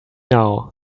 now